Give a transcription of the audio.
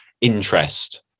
interest